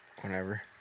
Whenever